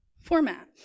format